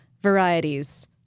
varieties